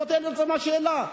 זאת השאלה.